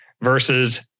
versus